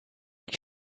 die